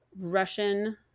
Russian-